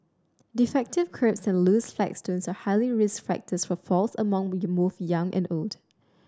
defective kerbs and loose flagstones are highly risk factors for falls among both young and old